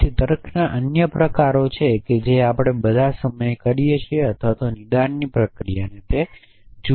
તેથી તર્કના અન્ય પ્રકારો છે જે આપણે બધા સમય કરીએ છીએ અથવા નિદાનની પ્રક્રિયાને જુએ છે